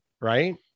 right